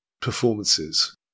performances –